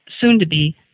soon-to-be